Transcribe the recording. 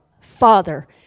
Father